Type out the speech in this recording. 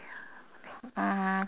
um